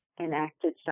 enacted